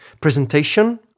Presentation